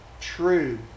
true